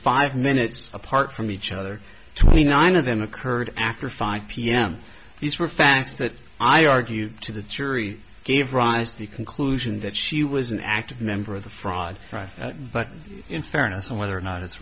five minutes apart from each other twenty nine of them occurred after five pm these were facts that i argued to the jury gave rise to the conclusion that she was an active member of the fraud but in fairness whether or not it's